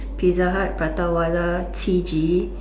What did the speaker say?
pizza hut Prata Wala QiJi